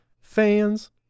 fans